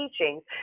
teachings